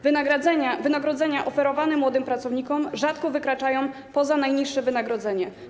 Wynagrodzenia oferowane młodym pracownikom rzadko wykraczają poza najniższe wynagrodzenie.